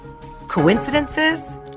Coincidences